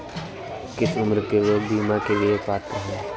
किस उम्र के लोग बीमा के लिए पात्र हैं?